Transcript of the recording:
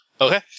Okay